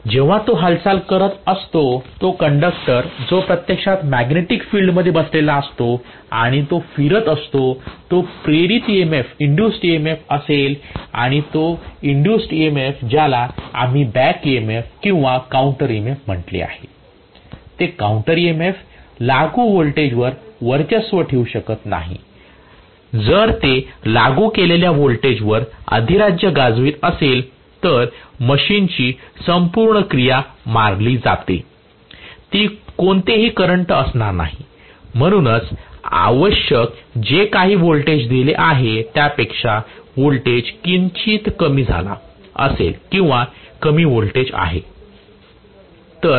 जेव्हा तो हालचाल करत असतो तो कंडक्टर जो प्रत्यक्षात मॅग्नेटिक फिल्ड मध्ये बसलेला असतो आणि तो फिरत असतो तो प्रेरित EMF असेल आणि तो प्रेरित EMF ज्याला आम्ही बॅक ईएमएफ किंवा काउंटर EMF म्हटले आहे ते काउंटर EMF लागू व्होल्टेजवर वर्चस्व ठेवू शकत नाही जर ते लागू केलेल्या व्होल्टेजवर अधिराज्य गाजवित असेल तर मशीनची संपूर्ण क्रिया मारली जाते ती कोणतही करंट असणार नाही म्हणूनच आवश्यक जे काही वोल्टेज दिले आहे त्यापेक्षा व्होल्टेज किंचित कमी झाला असेल किंवा कमी व्होल्टेज आहे